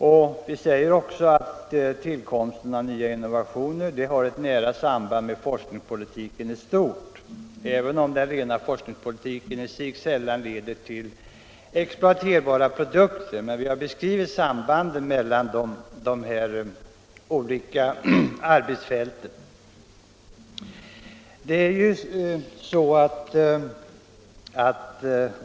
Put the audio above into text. Vi säger också att innovationer har ett nära samband med forskningspolitiken i stort, även om den rena forskningen i sig sällan leder till direkt exploaterbara produkter. Vi har beskrivit det samband som finns mellan dessa olika arbetsfält.